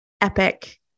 Epic